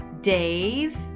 Dave